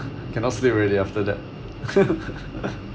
cannot sleep already after that